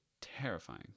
terrifying